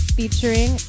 featuring